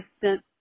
distance